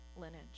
lineage